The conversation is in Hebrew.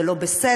זה לא בסדר.